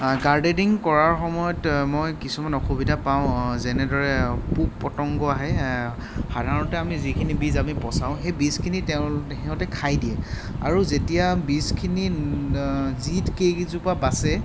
gardening কৰাৰ সময়ত মই কিছুমান অসুবিধা পাওঁ যেনেদৰে পোক পতংগ আহে সাধাৰণতে আমি যিখিনি বীজ আমি পচাও সেই বীজখিনি তেওঁ সিহঁতে খাই দিয়ে আৰু যেতিয়া বীজখিনি যি কেইজোপা বাচে